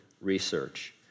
research